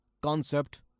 concept